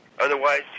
Otherwise